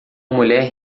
mulher